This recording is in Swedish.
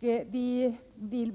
vi.